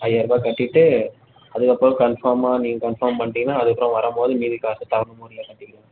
ஐயாயிரம் ரூபாய் கட்டிவிட்டு அதுக்கப்புறம் கன்ஃபார்மாக நீங்கள் கன்ஃபார்ம் பண்ணிட்டீங்கன்னா அதுக்கப்புறம் வரும்போது மீதி காசு தவணை முறையில் கட்டிக்கலாம் சார்